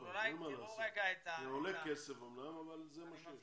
זה אמנם עולה כסף אבל זה מה שיש.